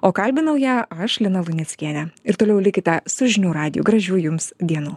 o kalbinau ją aš lina luneckienė ir toliau likite su žinių radiju gražių jums dienų